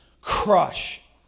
crush